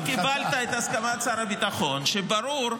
לא קיבלת את הסכמת שר הביטחון כשברור,